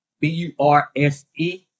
B-U-R-S-E